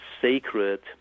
sacred